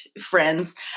friends